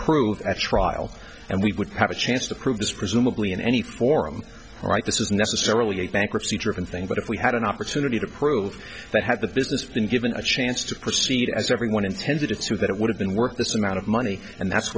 prove at trial and we would have a chance to prove this presumably in any forum all right this is necessarily a bankruptcy driven thing but if we had an opportunity to prove that had the business been given a chance to proceed as everyone intended it to that it would have been work this amount of money and that's